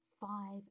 five